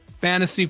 fantasy